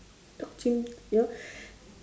dog chimp you know